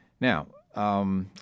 Now